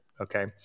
Okay